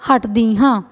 ਹੱਟਦੀ ਹਾਂ